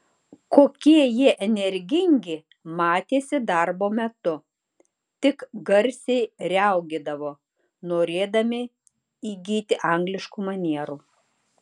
kokie jie energingi matėsi darbo metu tik garsiai riaugėdavo norėdami įgyti angliškų manierų